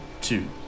two